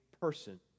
person